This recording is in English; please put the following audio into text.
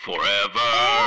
Forever